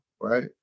right